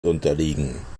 unterliegen